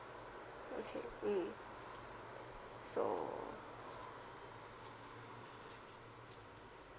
okay mm so